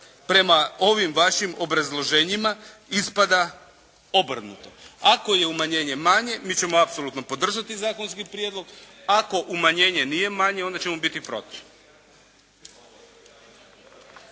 prema ovim vašim obrazloženjima ispada obrnuto. Ako je umanjenje manje mi ćemo apsolutno podržati zakonski prijedlog, a ako manjenje nije manje onda ćemo biti protiv.